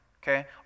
okay